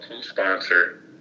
sponsor